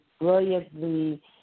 brilliantly